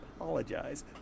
apologize